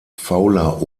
fauler